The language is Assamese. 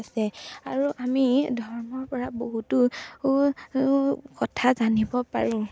আছে আৰু আমি ধৰ্মৰ পৰা বহুতো কথা জানিব পাৰোঁ